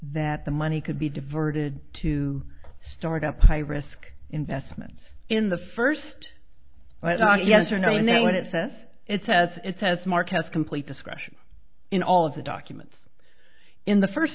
that the money could be diverted to start up high risk investment in the first well yes or no no what it says it says it says mark has complete discretion in all of the documents in the first